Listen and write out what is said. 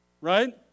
Right